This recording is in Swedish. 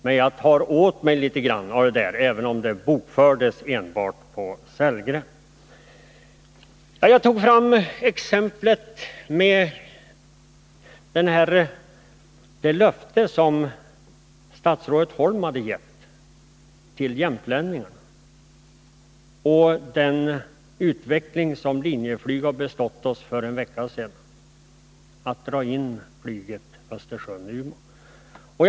Men jag tar åt mig litet grand även om det bara var herr Sellgrens inlägg som noterades. Jag tog upp det löfte statsrådet Holm givit jämtlänningarna, och den utveckling Linjeflyg bestått oss med sedan en vecka, nämligen att dra in flyget Östersund-Umeå.